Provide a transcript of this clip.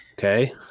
Okay